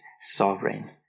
sovereign